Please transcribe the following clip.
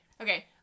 Okay